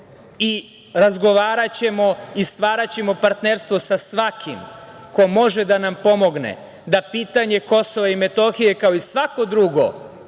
i razgovaraćemo i stvaraćemo partnerstvo sa svakim ko može da nam pomogne da pitanje Kosova i Metohije, kao i svako drugo